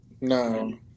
No